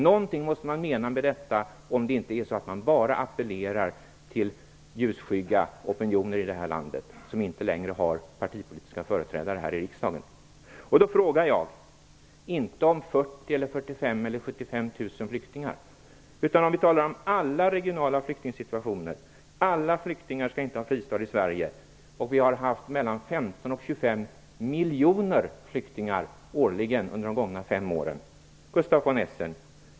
Någonting måste man mena med detta, om man inte bara appellerar till ljusskygga opinioner i det här landet, som inte längre har partipolitiska företrädare här i riksdagen. Jag frågar inte om 40 000, 45 000 eller 75 000 flyktingar, utan om vi talar om alla regionala flyktingsituationer, att alla flyktingar inte skall ha fristad i Sverige. Mellan 15 och 25 miljoner människor årligen har varit flyktingar under de gångna fem åren.